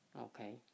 okay